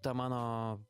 ta mano